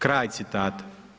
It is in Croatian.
Kraj citata.